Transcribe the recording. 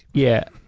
yeah,